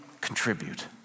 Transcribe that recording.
contribute